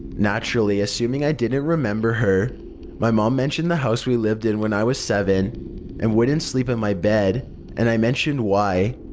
naturally, assuming i didn't remember her my mom mentioned the house we lived in when i was seven and wouldn't sleep in my bed and i mentioned why.